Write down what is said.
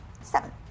Seven